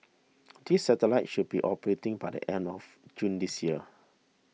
these satellites should be operating by the end of June this year